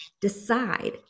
decide